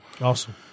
Awesome